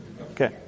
Okay